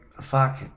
fuck